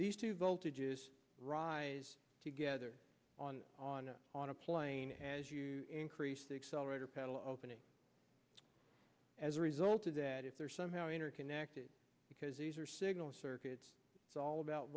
voltages rise together on on on a plane as you increase the accelerator pedal opening as a result of that if they're somehow interconnected because these are signal circuits all about